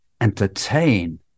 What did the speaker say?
entertain